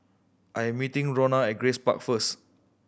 I am meeting Ronna at Grace Park first